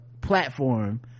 platform